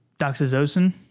doxazosin